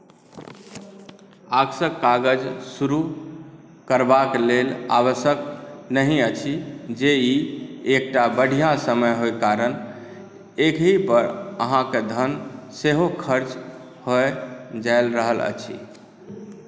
आवश्यक काज शुरु करबाक लेल आवश्यक नहि अछि जे ई एकटा बढ़िऑं समय हो कारण एहि पर अहाँकेॅं धन सेहो खर्च होअ जा रहल अछि